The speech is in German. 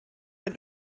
ein